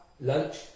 lunch